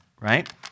right